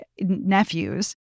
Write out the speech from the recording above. nephews